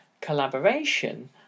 collaboration